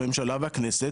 הממשלה והכנסת